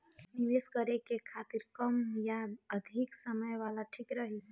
निवेश करें के खातिर कम या अधिक समय वाला ठीक रही?